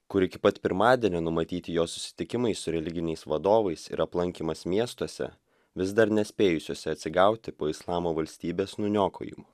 kur iki pat pirmadienio numatyti jo susitikimai su religiniais vadovais ir aplankymas miestuose vis dar nespėjusiuose atsigauti po islamo valstybės nuniokojimo